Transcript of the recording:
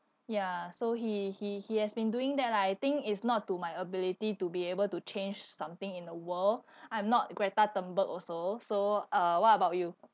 ya so he he he has been doing that lah I think is not to my ability to be able to change something in the world I'm not greta thunberg also so uh what about you